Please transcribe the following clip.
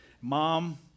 Mom